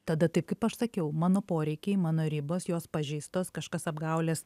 tada taip kaip aš sakiau mano poreikiai mano ribos jos pažeistos kažkas apgaulės